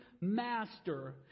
master